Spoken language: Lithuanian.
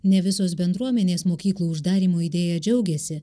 ne visos bendruomenės mokyklų uždarymo idėja džiaugėsi